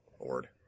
Lord